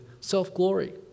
self-glory